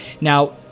Now